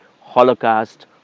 holocaust